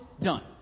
done